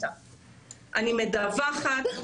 אני מדווחת,